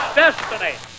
destiny